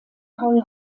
paul